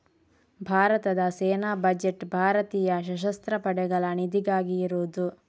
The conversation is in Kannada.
ಭಾರತದ ಸೇನಾ ಬಜೆಟ್ ಭಾರತೀಯ ಸಶಸ್ತ್ರ ಪಡೆಗಳ ನಿಧಿಗಾಗಿ ಇರುದು